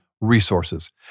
resources